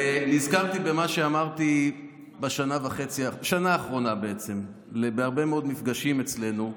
ונזכרתי במה שאמרתי בשנה האחרונה בהרבה מאוד מפגשים אצלנו.